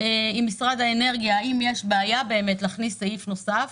עם משרד האנרגיה האם יש בעיה להכניס סעיף נוסף.